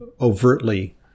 overtly